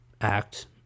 Act